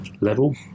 level